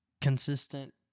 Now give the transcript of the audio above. consistent